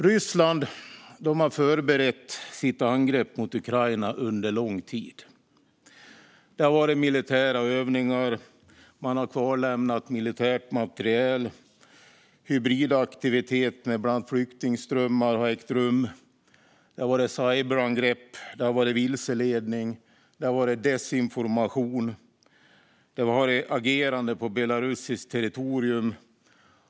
Ryssland har förberett sitt angrepp mot Ukraina under lång tid. Det har varit militära övningar. Man har lämnat kvar militär materiel. Hybridaktiviteter med bland annat flyktingströmmar har ägt rum. Det har varit cyberangrepp. Det har varit vilseledning. Det har varit desinformation. Det har varit agerande på belarusiskt territorium.